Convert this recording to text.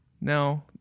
No